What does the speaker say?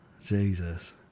Jesus